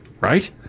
right